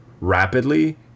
rapidly